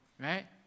right